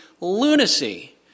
lunacy